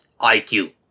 IQ